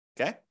okay